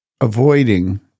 avoiding